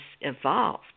evolved